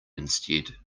instead